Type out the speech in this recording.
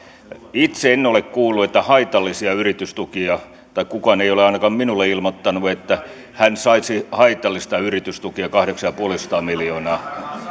itse en ole kuullut että olisi haitallisia yritystukia tai kukaan ei ole ainakaan minulle ilmoittanut että hän saisi haitallisia yritystukia kahdeksansataaviisikymmentä miljoonaa